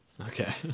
Okay